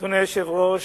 היושב-ראש,